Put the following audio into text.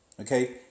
Okay